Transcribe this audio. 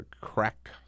crack